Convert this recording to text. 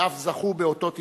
ואף זכו באותות הצטיינות.